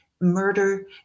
murder